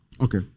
Okay